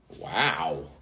Wow